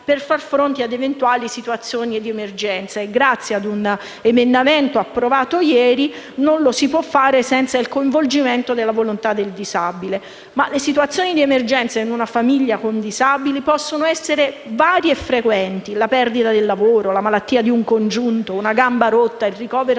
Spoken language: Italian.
per far fronte ad eventuali situazioni di emergenza (e grazie a un emendamento approvato ieri, non lo si può fare senza il coinvolgimento della volontà del disabile). Le situazioni di emergenza in una famiglia con disabile possono essere varie e frequenti (perdita del lavoro, malattia di un congiunto, una gamba rotta, un ricovero